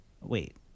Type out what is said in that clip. wait